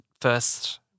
first